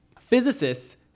Physicists